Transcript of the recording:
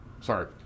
Sorry